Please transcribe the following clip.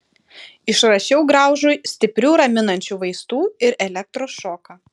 išrašiau graužui stiprių raminančių vaistų ir elektros šoką